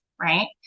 right